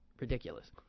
ridiculous